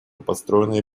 построенные